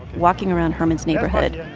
walking around herman's neighborhood,